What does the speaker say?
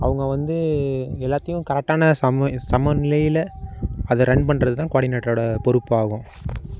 அவங்க வந்து எல்லாத்தையும் கரெக்டான சமநிலையில் அது ரன் பண்ணுறதுதான் குவாடினேட்டரோட பொறுப்பாகும்